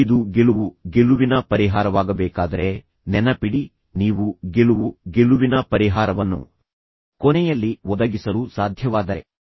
ಮತ್ತು ಇದು ಗೆಲುವು ಗೆಲುವಿನ ಪರಿಹಾರವಾಗಬೇಕಾದರೆ ನೆನಪಿಡಿ ನೀವು ಗೆಲುವು ಗೆಲುವಿನ ಪರಿಹಾರವನ್ನು ಕೊನೆಯಲ್ಲಿ ಒದಗಿಸಲು ಸಾಧ್ಯವಾದರೆ